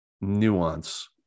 nuance